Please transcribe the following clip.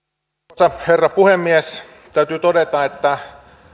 arvoisa herra puhemies täytyy todeta että